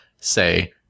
say